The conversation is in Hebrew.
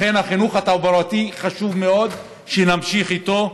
לכן, החינוך התעבורתי, חשוב מאוד שנמשיך איתו,